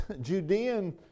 Judean